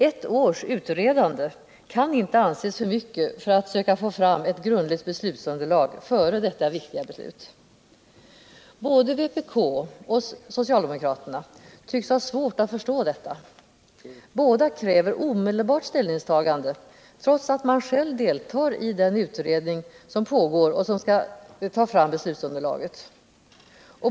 Ett års utredande kan inte anses för mycket för att söka få fram ett grundligt beslutsunderlag före detta viktiga beslut. Både vpk och socialdemokraterna tycks ha svårt att förstå detta. Båda kräver ett omedelbart ställningstagande, trots att de själva delar i den pågående utredning som skall ta fram beslutsunderlaget.